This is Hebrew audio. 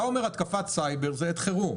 התקפת סייבר זה עת חירום.